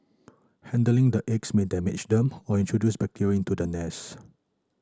handling the eggs may damage them or introduce bacteria into the nest